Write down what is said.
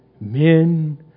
men